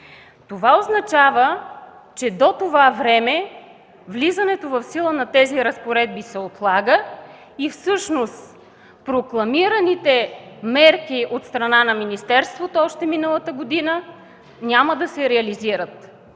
Това означава, че до това време влизането в сила на тези разпоредби се отлага и прокламираните мерки от страна на министерството още миналата година няма да се реализират.